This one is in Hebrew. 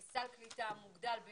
לפני זה, שרת הקליטה שבבוקר קיבלה